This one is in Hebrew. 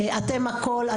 אתם הקול,